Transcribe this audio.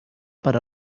per